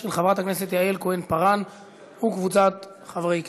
של חברת הכנסת יעל כהן-פארן וקבוצת חברי הכנסת.